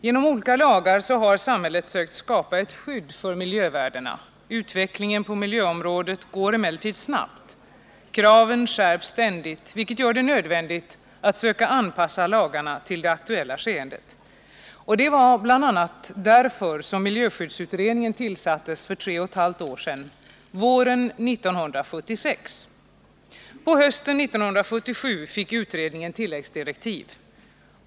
Genom olika lagar har samhället sökt skapa ett skydd för miljövärdena. Utvecklingen på miljöområdet går emellertid snabbt. Kraven skärps ständigt, vilket gör det nödvändigt att söka anpassa lagarna till det aktuella skeendet. Det var bl.a. därför som miljöskyddsutredningen tillsattes för tre och ett halvt år sedan, våren 1976. På hösten 1977 fick utredningen tilläggsdirektiv.